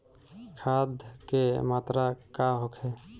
खाध के मात्रा का होखे?